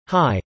Hi